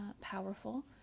powerful